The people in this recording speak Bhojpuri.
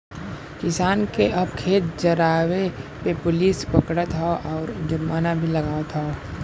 किसान के अब खेत जरावे पे पुलिस पकड़त हौ आउर जुर्माना भी लागवत हौ